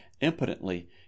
impotently